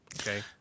Okay